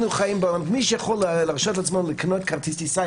מי שיכול להרשות לעצמו לקנות כרטיס טיסה,